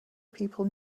people